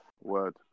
word